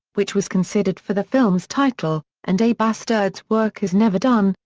which was considered for the film's title, and a basterd's work is never done,